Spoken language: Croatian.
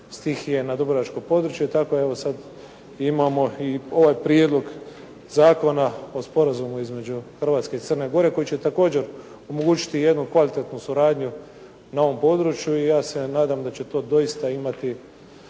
na dubrovačko područje, tako evo sad imamo i ovaj Prijedlog zakona o sporazumu između Hrvatske i Crne Gore koji će također omogućiti jednu kvalitetnu suradnju na ovom području i ja se nadam da će to doista imati